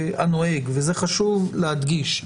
הנוהג, וזה חשוב להדגיש.